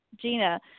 Gina